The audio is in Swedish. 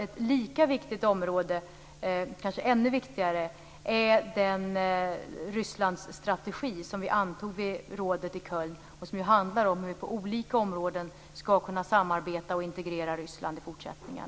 Ett lika viktigt område, och kanske ännu viktigare, är den Rysslandsstrategi som vi antog vid rådet i Köln och som handlar om hur vi på olika områden skall kunna samarbeta och integrera Ryssland i fortsättningen.